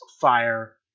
fire